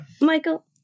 Michael